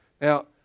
Now